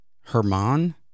Herman